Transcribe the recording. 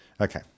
Okay